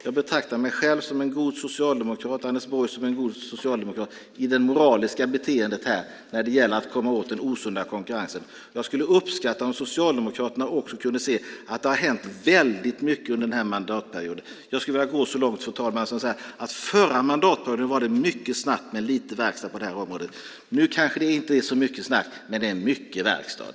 Jag betraktar mig själv och Anders Borg som goda socialdemokrater i moraliskt hänseende här när det gäller att komma åt den osunda konkurrensen. Jag skulle uppskatta om Socialdemokraterna också kunde se att det har hänt väldigt mycket under den här mandatperioden. Jag skulle vilja gå så långt, fru talman, som att säga att det förra mandatperioden var mycket snack men lite verkstad på det här området. Nu kanske det inte är så mycket snack, men det är mycket verkstad!